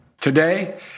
Today